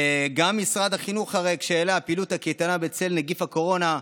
גם משרד החינוך: קשיי פעילות הקייטנה בצל נגיף הקורונה,